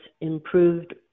improved